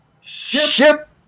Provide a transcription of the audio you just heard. ship